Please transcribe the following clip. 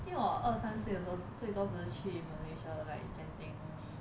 I think 我二三四岁的时候最多只是去 malaysia like genting only